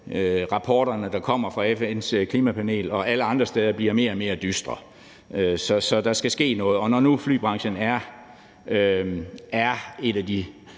Rapporterne, der kommer fra FN's klimapanel og alle andre steder, bliver mere og mere dystre. Så der skal ske noget, og når nu flybranchen er et af de